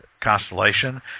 constellation